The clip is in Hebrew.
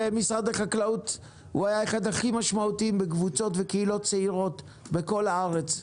משרד החקלאות היה אחד הכי משמעותיים בקבוצות וקהילות צעירות בכל הארץ,